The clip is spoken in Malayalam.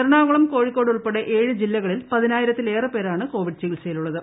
എറണാകുളം കോഴിക്കോട് ഉൾപ്പടെ പ്രക് ജില്ലകളിൽ പതിനായിരത്തിലേറെ പേരാണ് കോവിഡ് ചിക്രിത്സയിലുള്ളത്